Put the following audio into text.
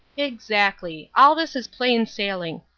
exactly. all this is plain sailing.